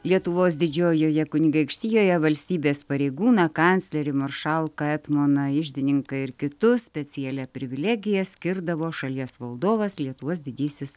lietuvos didžiojoje kunigaikštijoje valstybės pareigūną kanclerį maršalką etmoną iždininką ir kitus specialia privilegija skirdavo šalies valdovas lietuvos didysis